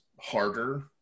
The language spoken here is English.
harder